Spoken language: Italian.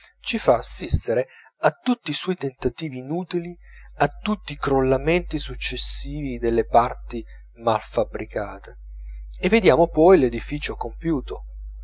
ci fa assistere a tutti i suoi tentativi inutili a tutti i crollamenti successivi delle parti mal fabbricate e vediamo poi l'edifizio compiuto